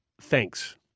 thanks